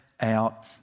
out